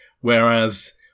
Whereas